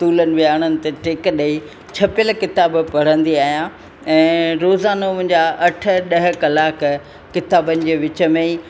टूलनि विहाणनि ते टेक ॾेई छपियल किताब पढ़ंदी आहियां ऐं रोज़ाना मुंहिंजा अठ ॾह कलाक किताबनि जे विच में ई